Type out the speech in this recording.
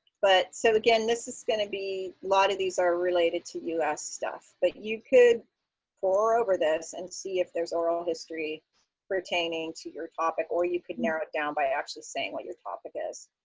but so, again, this is going to be a lot of these are related to us stuff. but you could pore over this and see if there's oral history pertaining to your topic. or you could narrow it down by actually saying what your topic is.